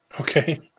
okay